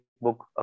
book